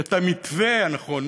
את המתווה הנכון.